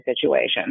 situation